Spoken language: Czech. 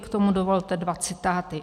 K tomu dovolte dva citáty.